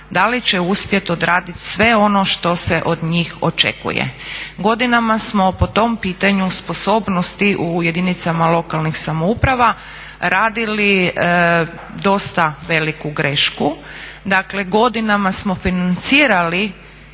da li će uspjet odradit sve ono što se od njih očekuje. Godinama smo po tom pitanju sposobnosti u jedinicama lokalnih samouprava radili dosta veliku grešku. Dakle, godinama smo financirali